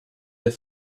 der